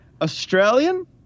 Australian